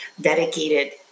dedicated